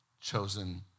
chosen